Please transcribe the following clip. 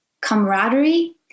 camaraderie